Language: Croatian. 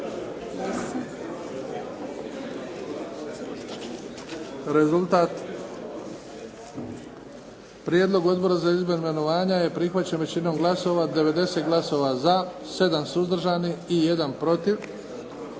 Rezultat? Ovaj prijedlog Odbora za imenovanje je prihvaćen većinom glasova, 94 glasa za, 4 suzdržana i ništa protiv.